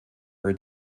are